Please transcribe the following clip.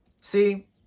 See